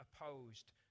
opposed